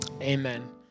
amen